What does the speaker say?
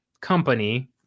company